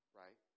right